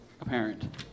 apparent